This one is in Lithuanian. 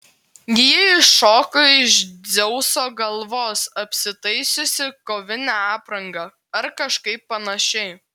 ji iššoko iš dzeuso galvos apsitaisiusi kovine apranga ar kažkaip panašiai